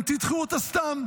אתם תדחו אותה סתם,